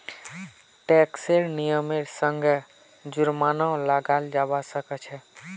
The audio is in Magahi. टैक्सेर नियमेर संगअ जुर्मानो लगाल जाबा सखछोक